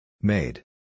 Made